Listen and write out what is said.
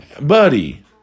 Buddy